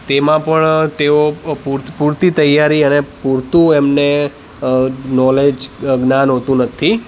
તેમાં પણ તેઓ પૂર પૂરતી તૈયારી અને પૂરતું એમને અ નૉલેજ જ્ઞાન હોતું નથી